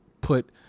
put